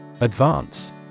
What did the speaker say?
Advance